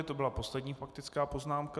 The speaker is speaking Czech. To byla zatím poslední faktická poznámka.